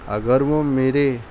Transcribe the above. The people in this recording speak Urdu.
اگر وہ میرے